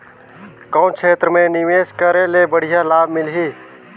कौन क्षेत्र मे निवेश करे ले बढ़िया लाभ मिलही?